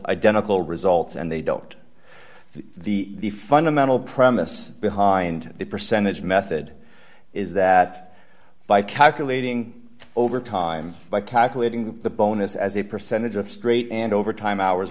identical results and they don't the the fundamental premise behind the percentage method is that by calculating over time by calculating the bonus as a percentage of straight and overtime hours